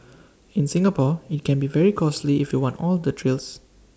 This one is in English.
in Singapore IT can be very costly if you want all the trills